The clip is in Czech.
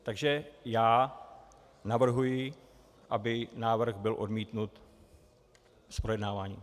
Takže já navrhuji, aby návrh byl odmítnut z projednávání.